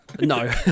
No